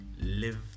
live